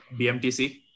BMTC